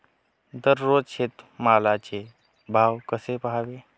दररोज शेतमालाचे भाव कसे पहावे?